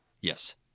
Yes